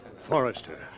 Forrester